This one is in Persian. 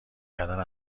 کردن